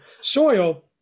soil